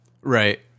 Right